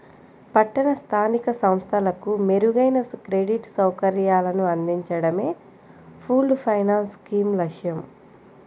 పట్టణ స్థానిక సంస్థలకు మెరుగైన క్రెడిట్ సౌకర్యాలను అందించడమే పూల్డ్ ఫైనాన్స్ స్కీమ్ లక్ష్యం